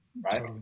Right